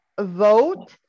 vote